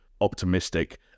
optimistic